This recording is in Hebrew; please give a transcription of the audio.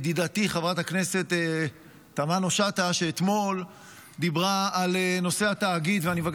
הדובר הבא, חבר הכנסת אביחי אברהם בוארון.